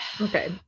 Okay